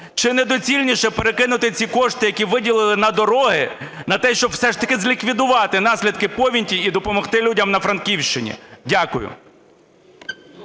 Чи не доцільніше перекинути ці кошти, які виділили на дороги, на те, щоб все ж таки зліквідувати наслідки повені і допомогти людям на Франківщині. Дякую.